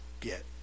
get